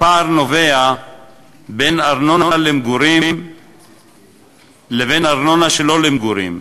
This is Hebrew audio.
הפער נובע בין ארנונה למגורים לבין ארנונה שלא למגורים,